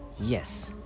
Yes